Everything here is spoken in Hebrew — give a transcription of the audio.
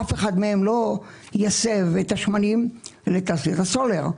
אף אחד מהם לא יסב את השמנים לתעשיית הסולר,